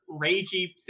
ragey